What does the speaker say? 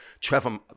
Trevor